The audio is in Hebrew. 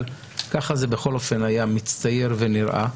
אבל ככה בכל אופן זה הצטייר ונראה.